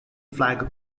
flag